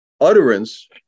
utterance